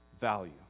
value